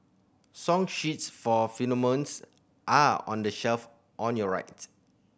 song sheets for are on the shelf on your right